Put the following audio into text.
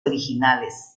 originales